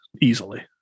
easily